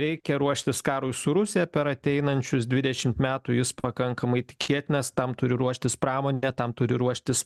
reikia ruoštis karui su rusija per ateinančius dvidešimt metų jis pakankamai tikėtinas tam turi ruoštis pramonė bet tam turi ruoštis